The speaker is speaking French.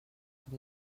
coup